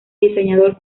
diseñador